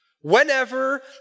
whenever